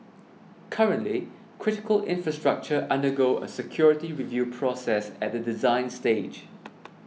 currently critical infrastructure undergo a security review process at the design stage